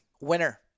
Winner